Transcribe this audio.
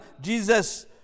Jesus